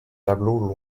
tableaux